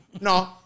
No